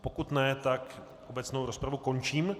Pokud ne, obecnou rozpravu končím.